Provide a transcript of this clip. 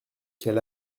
quel